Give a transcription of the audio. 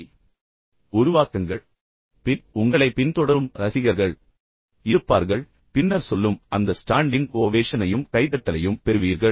உங்கள் சொந்த தனித்துவமான விளக்கக்காட்சி பாணியை நீங்கள் உருவாக்கியவுடன் உங்களைப் பின்தொடரும் ரசிகர்கள் இருப்பார்கள் பின்னர் சொல்லும் அந்த ஸ்டாண்டிங் ஓவேஷனையும் கைதட்டலையும் பெறுவீர்கள்